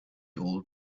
old